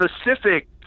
specific